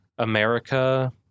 America